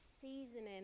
seasoning